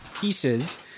pieces